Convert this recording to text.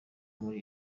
muri